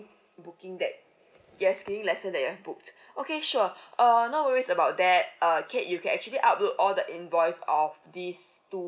booking that yes skiing lesson that you have booked okay sure um no worries about that um kate you can actually upload all the invoice of these two